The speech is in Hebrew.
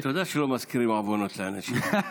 אתה יודע שלא מזכירים עוונות לאנשים.